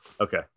Okay